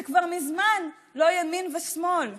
זה כבר מזמן לא ימין ושמאל,